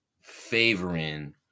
favoring